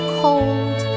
cold